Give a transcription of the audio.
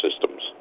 systems